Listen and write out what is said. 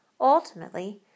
Ultimately